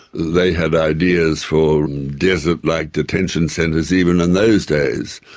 they had ideas for desert-like detention centres even in those days,